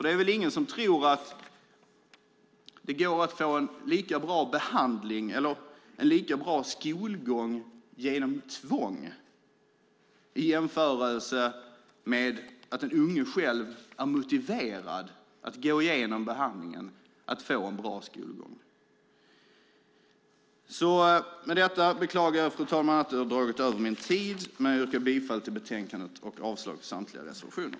Det är väl ingen som tror att det går att få en lika bra behandling eller en lika bra skolgång genom tvång som då den unge själv är motiverad att genomgå behandlingen och få en bra skolgång. Med detta, fru talman, yrkar jag bifall till förslaget i betänkandet och avslag på samtliga reservationer.